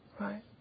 right